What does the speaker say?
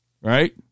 Right